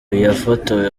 yafotowe